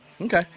Okay